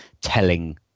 telling